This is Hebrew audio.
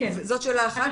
זאת שאלה אחת.